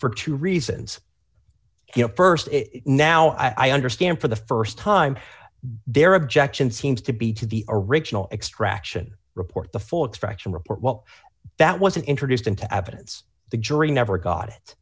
for two reasons first it now i understand for the st time their objection seems to be to the original extraction report the full expression report well that wasn't introduced into evidence the jury never got it